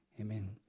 amen